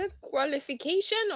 qualification